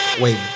Wait